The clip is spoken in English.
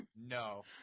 no